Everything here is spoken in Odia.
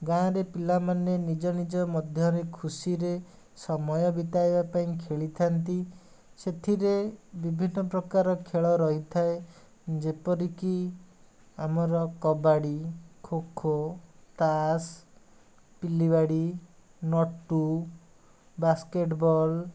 ଗାଁ'ରେ ପିଲାମାନେ ନିଜ ନିଜ ମଧ୍ୟରେ ଖୁସିରେ ସମୟ ବିତାଇବା ପାଇଁ ଖେଳିଥାନ୍ତି ସେଥିରେ ବିଭିନ୍ନ ପ୍ରକାର ଖେଳ ରହିଥାଏ ଯେପରିକି ଆମର କବାଡ଼ି ଖୋ ଖୋ ତାସ୍ ପିଲିବାଡ଼ି ନଟୁ ବାସ୍କେଟ୍ ବଲ୍